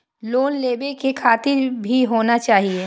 Loan लेबे में खाता भी होना चाहि?